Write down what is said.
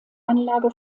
anlage